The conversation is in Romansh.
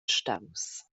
staus